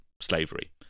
slavery